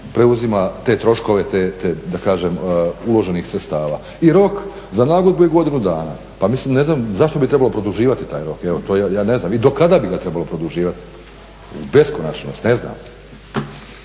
preuzima te troškove te da kažem, uloženih sredstava. I rok za nagodbu je godinu dana. Pa mislim ne znam zašto bi trebalo produživati taj rok? Evo to ja ne znam i do kada bi ga trebalo produživati? U beskonačnost? Ne znam.